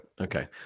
okay